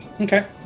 Okay